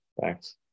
thanks